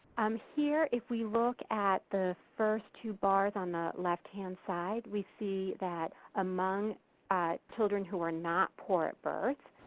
um here, if we look at the first two bars on the left-hand side, we see that among children who are not poor at birth,